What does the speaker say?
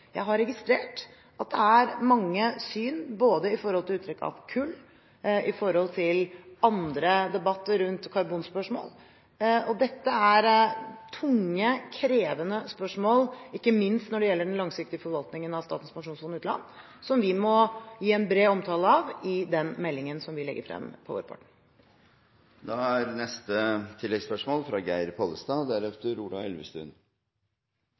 Jeg har registrert at det er mange syn, både når det gjelder uttrekk av kull, og når det gjelder andre debatter rundt karbonspørsmål. Dette er tunge, krevende spørsmål, ikke minst når det gjelder den langsiktige forvaltningen av Statens pensjonsfond utland, som vi må gi en bred omtale av i den meldingen som vi legger frem på